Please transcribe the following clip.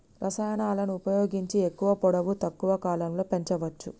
రసాయనాలను ఉపయోగించి ఎక్కువ పొడవు తక్కువ కాలంలో పెంచవచ్చా?